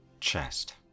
chest